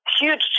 huge